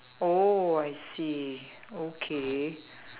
oh I see okay